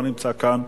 לא נמצא כאן.